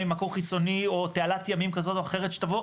ממקור חיצוני או תעלת ימים כזאת או אחרת שתבוא,